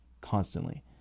constantly